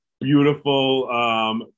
beautiful